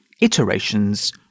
Iterations